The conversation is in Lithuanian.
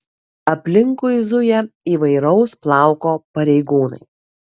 aplinkui zuja įvairaus plauko pareigūnai